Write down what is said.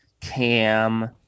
Cam